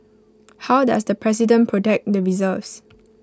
how does the president protect the reserves